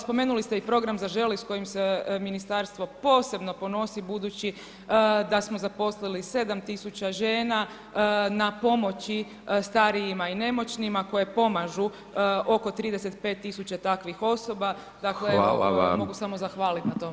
Spomenuli ste i program „Zaželi“ s kojim se ministarstvo posebno ponosi budući da smo zaposlili 7 tisuća žena na pomoći starijima i nemoćnima koje pomažu oko 35 tisuća takvih osoba, dakle mogu samo zahvaliti na tome.